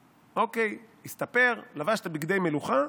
אוקיי, הסתפר, לבש את בגדי המלוכה.